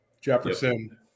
Jefferson